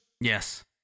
Yes